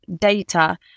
data